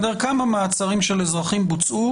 אני רוצה לדעת כמה מעצרים של אזרחים בוצעו